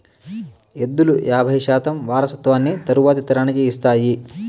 ఎద్దులు యాబై శాతం వారసత్వాన్ని తరువాతి తరానికి ఇస్తాయి